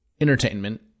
entertainment